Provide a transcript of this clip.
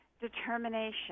determination